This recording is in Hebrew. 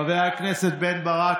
חבר הכנסת בן ברק,